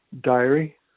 diary